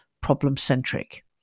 problem-centric